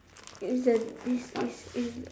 is the is is is